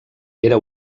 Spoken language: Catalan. era